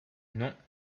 non